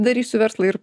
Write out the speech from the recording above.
darysiu verslą ir